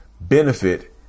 benefit